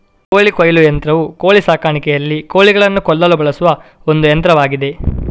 ಕೋಳಿ ಕೊಯ್ಲು ಯಂತ್ರವು ಕೋಳಿ ಸಾಕಾಣಿಕೆಯಲ್ಲಿ ಕೋಳಿಗಳನ್ನು ಕೊಲ್ಲಲು ಬಳಸುವ ಒಂದು ಯಂತ್ರವಾಗಿದೆ